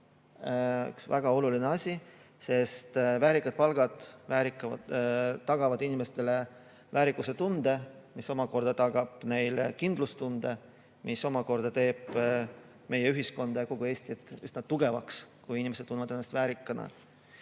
väga oluline asi, sest väärikad palgad tagavad inimestele väärikustunde, mis omakorda tagab neile kindlustunde, mis omakorda teeb meie ühiskonda ja kogu Eestit tugevamaks. Küsimus on siin